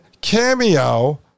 Cameo